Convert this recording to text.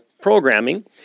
programming